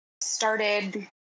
started